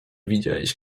widziałeś